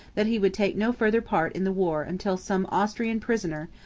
that he would take no further part in the war until some austrian prisoner,